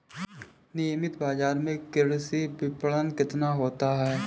नियमित बाज़ार में कृषि विपणन कितना होता है?